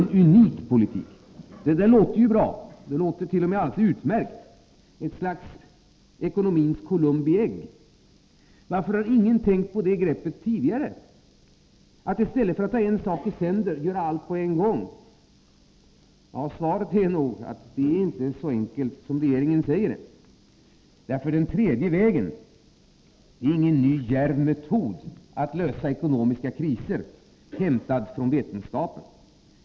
Det låter ju bra, t.o.m. alldeles utmärkt — ett slags ekonomins Columbi ägg. Varför har ingen tänkt på detta grepp tidigare, att i stället för att ta en sak i sänder göra allt på en gång? Svaret är nog att det inte är så enkelt som regeringen säger. ”Den tredje vägen” är ingen ny djärv metod att lösa ekonomiska kriser, hämtad från vetenskapen.